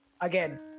Again